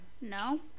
No